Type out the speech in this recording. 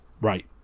right